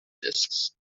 disks